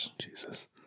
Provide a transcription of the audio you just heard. Jesus